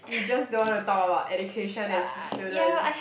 you just don't wanna talk about education and students